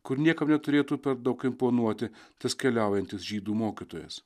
kur niekam neturėtų per daug imponuoti tas keliaujantis žydų mokytojas